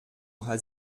hat